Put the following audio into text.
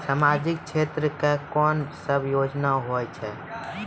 समाजिक क्षेत्र के कोन सब योजना होय छै?